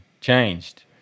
changed